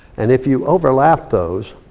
and if you overlap those,